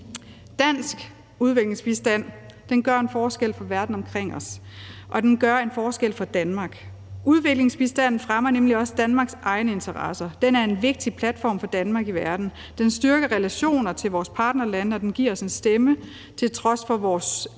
Dansk udviklingsbistand gør en forskel for verden omkring os, og den gør en forskel for Danmark. Udviklingsbistanden fremmer nemlig også Danmarks egne interesser. Den er en vigtig platform for Danmark i verden. Den styrker relationer til vores partnerlande, og den giver os en stemme til trods for vores beskedne